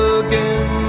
again